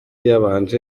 yabanje